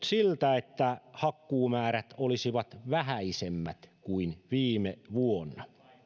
siltä että hakkuumäärät olisivat vähäisemmät kuin viime vuonna